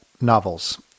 novels